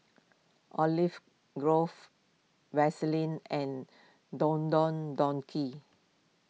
Olive Grove Vaseline and Don Don Donki